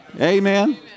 Amen